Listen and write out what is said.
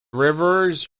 rivers